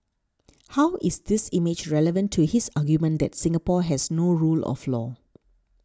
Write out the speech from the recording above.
how is this image relevant to his argument that Singapore has no rule of law